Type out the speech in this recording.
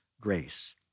grace